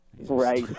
Right